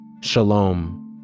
Shalom